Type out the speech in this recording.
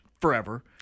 forever